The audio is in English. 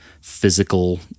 physical